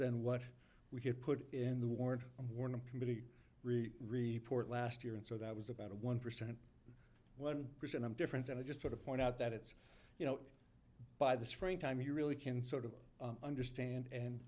than what we had put in the ward and warning committee report last year and so that was about a one percent one percent i'm different and i just sort of point out that it's you know by the spring time you really can sort of understand and